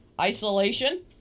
isolation